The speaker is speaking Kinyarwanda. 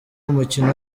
umukino